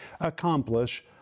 accomplish